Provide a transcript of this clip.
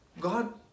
god